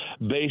based